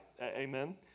amen